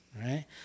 Right